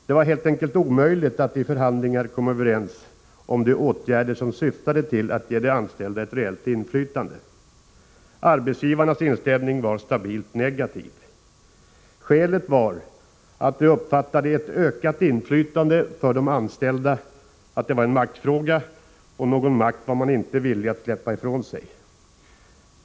Det var helt enkelt omöjligt att i förhandlingar komma överens om de åtgärder som syftade till att ge de anställda ett reellt inflytande. Arbetsgivarnas inställning var stabilt negativ. Skälet var att de uppfattade att ett ökat inflytande för de anställda var en maktfråga. Och någon makt var man inte villig att släppa ifrån sig.